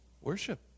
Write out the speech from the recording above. Worship